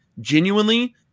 genuinely